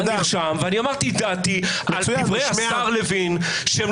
אמרתי את דעתי על דברי השר לוין,